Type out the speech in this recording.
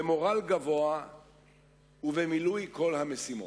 במורל גבוה ובמילוי כל המשימות.